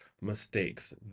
mistakes